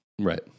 Right